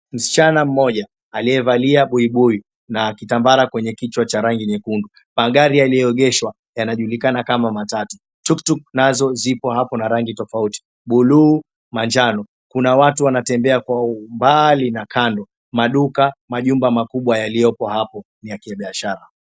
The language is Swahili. Msichana mmoja aliyevalia buibui na kitambara kwenye kichwa cha rangi nyekundu. Magari yaliyoegeshwa yanajulikana kama matatu. Tuktuk nazo zipo hapo na rangi tofauti bluu, manjano. Kuna watu wanatembea kwa mbaali na kando maduka majumba makubwa yaliyopo hapo ya kibiashara.